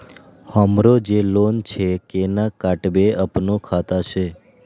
हमरो जे लोन छे केना कटेबे अपनो खाता से?